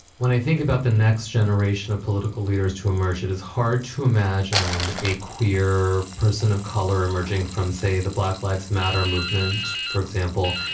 when i think about the next generation of political leaders to emerge, it is hard to imagine a queer person of color emerging from, say, the black lives matter movement, for example,